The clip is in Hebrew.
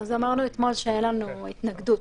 אמרנו אתמול שאין לנו התנגדות,